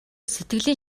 сэтгэлийн